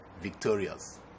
victorious